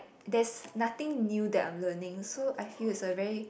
that's nothing new that I'm learning so I feel it's a very